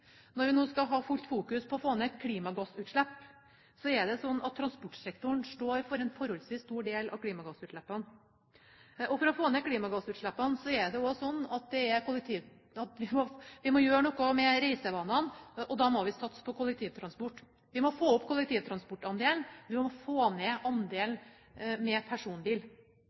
Når vi nå f.eks. skal følge opp Klimakur, når vi nå skal fokusere for fullt på å få ned klimagassutslipp, er det sånn at transportsektoren står for en forholdsvis stor del av klimagassutslippene. For å få ned klimagassutslippene må vi også gjøre noe med reisevanene, og da må vi satse på kollektivtransport. Vi må få opp kollektivtransportandelen, vi må få ned andelen med